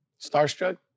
starstruck